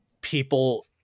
people